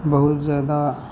बहुत जादा